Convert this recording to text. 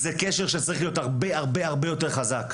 זה קשר שצריך להיות הרבה יותר חזק.